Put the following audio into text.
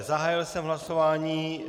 Zahájil jsem hlasování.